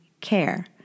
care